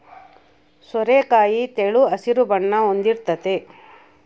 ಸೋರೆಕಾಯಿ ತೆಳು ಹಸಿರು ಬಣ್ಣ ಹೊಂದಿರ್ತತೆ